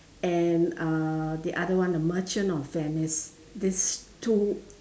and uh the other one the merchant of Venice these two